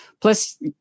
Plus